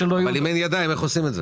אבל אם אין ידיים עובדות איך עושים את זה?